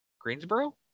Greensboro